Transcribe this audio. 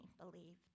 believed